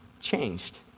changed